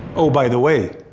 oh, by the way,